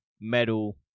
metal